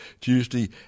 Tuesday